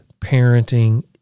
parenting